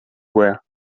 were